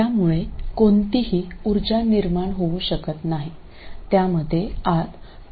त्यामुळे कोणतीही उर्जा निर्माण होऊ शकत नाही त्यामध्ये आत कोणतेही उर्जा नसते